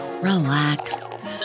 relax